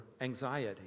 anxiety